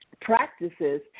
practices